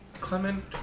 Clement